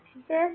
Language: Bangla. ঠিক আছে